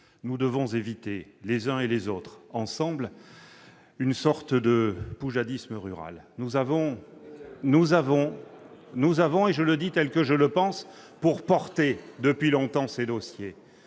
nous devons éviter, les uns et les autres, une sorte de poujadisme rural. Nous avons aussi, et je le dis tel que je le pense, pour porter depuis longtemps ces dossiers,